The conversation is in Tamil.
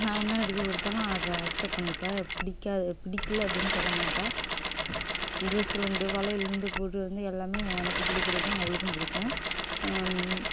நான் என்ன எடுத்து கொடுத்தாலும் அதை அக்சப் பண்ணிப்பாள் பிடிக்காது பிடிக்கல அப்படினு சொல்ல மாட்டாள் ட்ரெஸ்ல இருந்து வளையல்ல இருந்து போடுறதுல இருந்து எல்லாமே எனக்கு பிடிக்கிறதும் அவளுக்கும் பிடிக்கும்